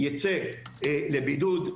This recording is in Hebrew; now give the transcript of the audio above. ייצא לבידוד,